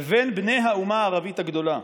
לבין בני האומה הערבית הגדולה,